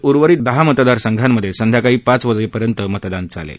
उर्वरित दहा मतदारसंघांमधे संध्याकाळी पाच वाजेपर्यंत मतदान चालेल